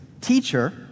Teacher